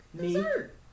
dessert